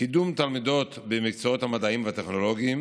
קידום תלמידות במקצועות המדעיים והטכנולוגיים,